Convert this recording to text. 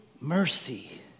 mercy